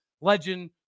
legend